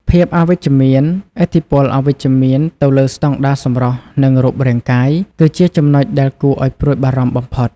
ភាពអវិជ្ជមានឥទ្ធិពលអវិជ្ជមានទៅលើស្តង់ដារសម្រស់ និងរូបរាងកាយ គឺជាចំណុចដែលគួរឲ្យព្រួយបារម្ភបំផុត